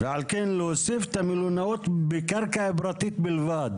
ועל כן, להוסיף את המלונאות בקרקע פרטית בלבד.